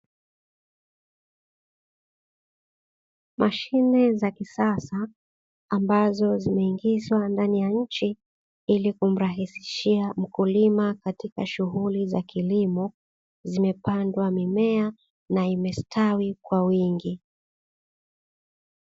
Mashine za kisasa ambazo zimeingizwa ndani ya nchi, ili kumrahisishia mkulima katika shughuli za kilimo , zimepandwa mimea na imestawi kwa wingi.